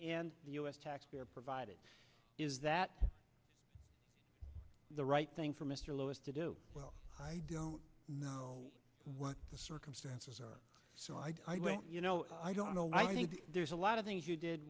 and the u s taxpayer provided is that the right thing for mr lewis to do well i don't know what the circumstances are so i don't you know i don't know i think there's a lot of things you did